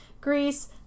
Greece